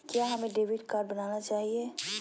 क्या हमें debit card बनाना चाहिए?